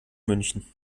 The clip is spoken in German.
münchen